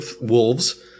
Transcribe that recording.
wolves